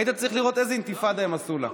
היית צריך לראות איזה אינתיפאדה הם עשו לה.